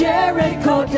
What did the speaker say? Jericho